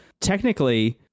technically